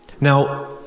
Now